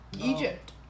Egypt